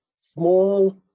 small